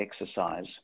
exercise